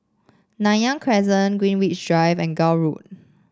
Nanyang Crescent Greenwich Drive and Gul Road